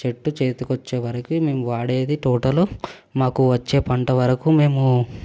చెట్టు చేతికి వచ్చేవరకి మేము వాడేది టోటల్ మాకు వచ్చే పంట వరకు మేము